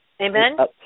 Amen